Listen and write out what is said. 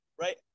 right